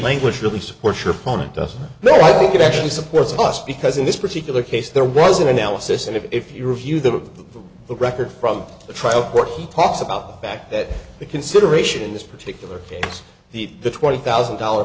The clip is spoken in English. language really supports your phone it doesn't matter i think it actually supports us because in this particular case there was an analysis and if you review the record from the trial court he talks about fact that the consideration in this particular case the the twenty thousand dollar